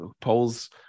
polls